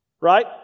Right